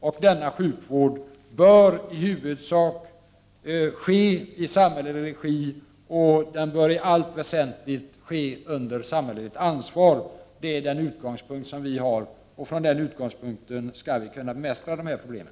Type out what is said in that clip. Och denna sjukvård bör i huvudsak ske i samhällelig regi, och den bör i allt väsentlig ske under samhälleligt ansvar. Det är den utgångspunkt som vi har, och från den utgångspunkten skall vi kunna bemästra problemen.